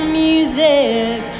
music